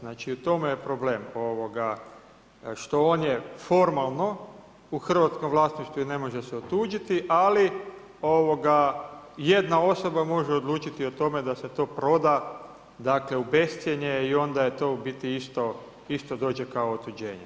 Znači, u tome je problem što on je formalno u hrvatskom vlasništvu i ne može se otuđiti, ali jedna osoba može odlučiti o tome da se to proda u bescjenje i onda je to u biti isto dođe kao otuđenje.